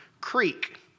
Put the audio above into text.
creek